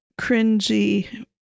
cringy